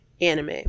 anime